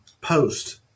Post